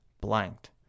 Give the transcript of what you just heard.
blanked